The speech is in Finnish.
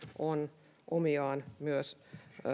on omiaan myös